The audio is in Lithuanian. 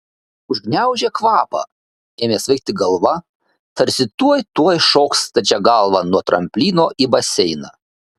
užgniaužė kvapą ėmė svaigti galva tarsi tuoj tuoj šoks stačia galva nuo tramplyno į baseiną